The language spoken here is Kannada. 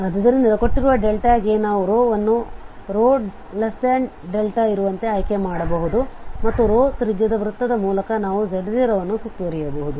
ಆದ್ದರಿಂದ ಕೊಟ್ಟಿರುವ ಗೆ ನಾವು ವನ್ನು ρδ ಇರುವಂತೆ ಆಯ್ಕೆ ಮಾಡಬಹುದು ಮತ್ತು ತ್ರಿಜ್ಯದ ವೃತ್ತದ ಮೂಲಕ ನಾವು z0 ಅನ್ನು ಸುತ್ತುವರಿಯಬಹುದು